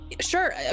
Sure